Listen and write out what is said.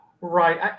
Right